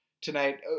Tonight